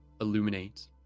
illuminate